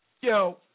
Yo